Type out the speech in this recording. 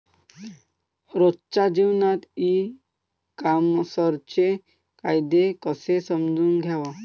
रोजच्या जीवनात ई कामर्सचे फायदे कसे समजून घ्याव?